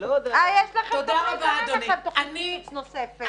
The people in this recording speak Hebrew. יש לכם תכנית כזאת נוספת.